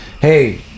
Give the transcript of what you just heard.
hey